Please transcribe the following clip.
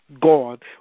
God